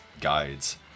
guides